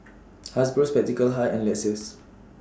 Hasbro Spectacle Hut and Lexus